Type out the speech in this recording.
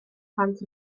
plant